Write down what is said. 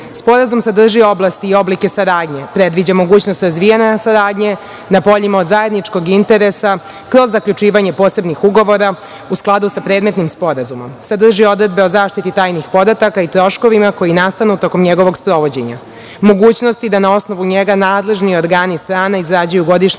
Maroko. Sporazum sadrži oblasti i oblike saradnje, predviđa mogućnost razvijanja saradnje na poljima od zajedničkog interesa, kroz zaključivanje posebnih ugovora u skladu sa predmetnim sporazumom. Sadrži odredbe o zaštiti tajnih podataka i troškovima koji nastanu tokom njegovog sprovođenja, mogućnosti da na osnovu njega nadležni organi strana izrađuju godišnji